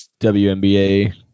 WNBA